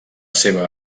seva